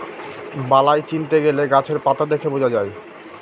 বালাই চিনতে গেলে গাছের পাতা দেখে বোঝা যায়